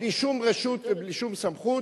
בלי שום רשות ובלי שום סמכות,